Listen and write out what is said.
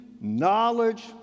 knowledge